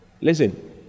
Listen